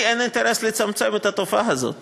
לי אין אינטרס לצמצם את התופעה הזאת,